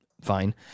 fine